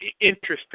interesting